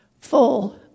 full